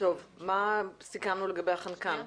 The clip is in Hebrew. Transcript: מה סיכמנו לגבי החנקן?